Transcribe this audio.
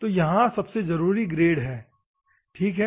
तो यहाँ सबसे जरूरी ग्रेड है ठीक है